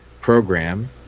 program